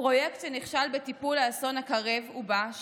פרויקט שנכשל בטיפול באסון הקרב ובא,